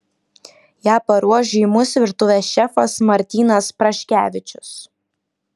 ją paruoš žymus virtuvės šefas martynas praškevičius